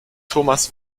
thomas